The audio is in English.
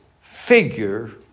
figure